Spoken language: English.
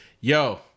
Yo